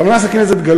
חברת הכנסת גלאון,